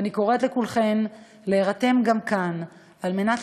ואני קוראת לכולכם להירתם גם כאן על מנת